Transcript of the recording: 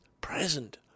present